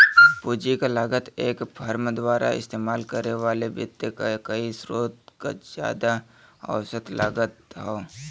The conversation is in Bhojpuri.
पूंजी क लागत एक फर्म द्वारा इस्तेमाल करे वाले वित्त क कई स्रोत क जादा औसत लागत हौ